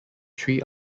three